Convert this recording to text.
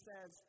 says